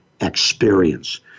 experience